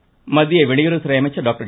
ஜெய்சங்கர் மத்திய வெளியுறவுத்துறை அமைச்சர் டாக்டர்